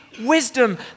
wisdom